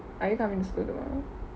are you coming to school tomorrow